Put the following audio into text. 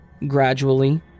Gradually